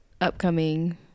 upcoming